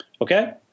Okay